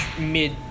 mid